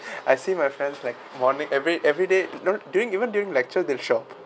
I see my friends like morning every every day you know during even during lecture they shop